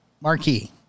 Marquee